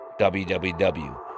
www